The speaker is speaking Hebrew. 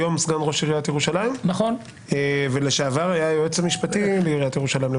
היום סגן ראש עיריית ירושלים ולשעבר היועץ המשפטי לעיריית ירושלים.